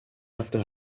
after